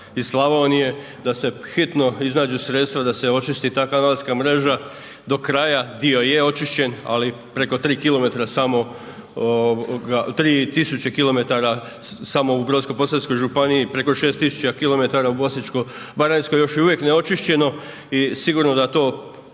Slavonije da se hitno iznađu sredstva da se očisti ta kanalska mreža do kraja, dio je očišćen, ali preko 3 km samo, 3 tisuće km samo u Brodsko-posavskoj županiji, preko 6 tisuća km u Osječko-baranjskoj još je uvijek neočišćeno i sigurno da to